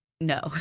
No